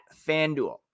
FanDuel